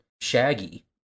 Shaggy